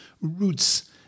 roots